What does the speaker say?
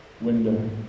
window